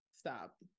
Stop